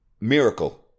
Miracle